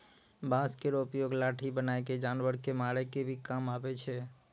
बांस केरो उपयोग लाठी बनाय क जानवर कॅ मारै के भी काम आवै छै